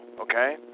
okay